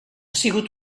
sigut